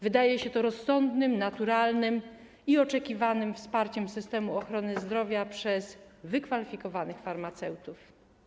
Wydaje się to rozsądnym, naturalnym i oczekiwanym wsparciem systemu ochrony zdrowia przez wykwalifikowanych farmaceutów.